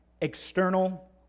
external